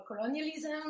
colonialism